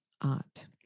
art